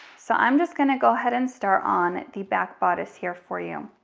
so i'm just gonna go ahead and start on the back bodice here for you.